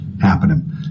happening